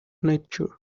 nature